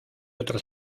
otro